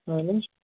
اہن حظ